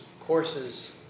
courses